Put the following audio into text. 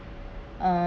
uh